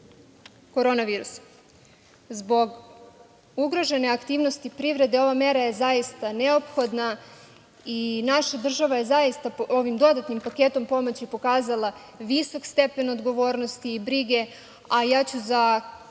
korona virusom. Zbog ugrožene aktivnosti privrede, ova mera je zaista neophodna i naša država je ovim dodatnim paketom pomoći pokazala visok stepen odgovornosti i brige, a ja ću za